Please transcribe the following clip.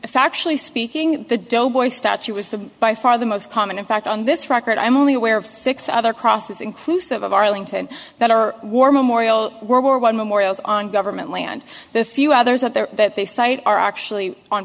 factually speaking the doughboy statue was the by far the most common in fact on this record i'm only aware of six other crosses inclusive of arlington that are war memorial world war one memorials on government land the few others out there that they cite are actually on